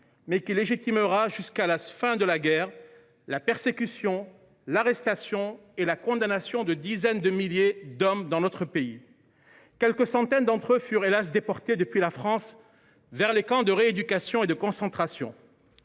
légitima jusqu’à la fin de la guerre la persécution, l’arrestation et la condamnation de dizaines de milliers d’hommes dans notre pays. Quelques centaines d’entre eux furent, hélas, déportés depuis la France vers les camps de rééducation et de concentration.